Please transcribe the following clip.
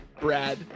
brad